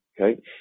okay